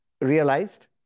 realized